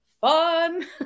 fun